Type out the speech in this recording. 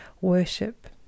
worship